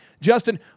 Justin